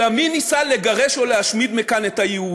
אלא מי ניסה לגרש מכאן או להשמיד ב-1948